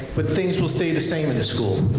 but things will stay the same in the school,